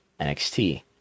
NXT